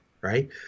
right